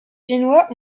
génois